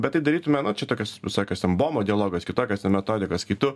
bet tai darytume na čia tokios visokios ten bomo dialogos kitokios ten metodikos kai tu